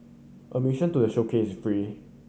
admission to a showcase is free